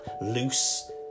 loose